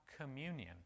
communion